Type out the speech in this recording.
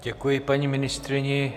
Děkuji paní ministryni.